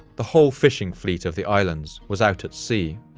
the whole fishing fleet of the islands was out at sea.